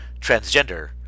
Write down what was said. transgender